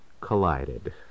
collided